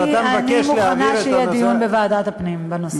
אני מוכנה שיהיה דיון בוועדת הפנים בנושא.